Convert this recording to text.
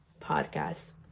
podcast